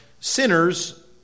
sinners